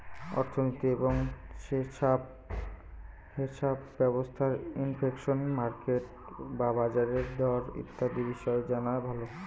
অর্থনীতি এবং হেছাপ ব্যবস্থার ইনফ্লেশন, মার্কেট বা বাজারের দর ইত্যাদি বিষয় জানা ভালো